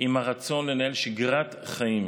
עם הרצון לנהל שגרת חיים,